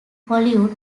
hollywood